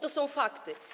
To są fakty.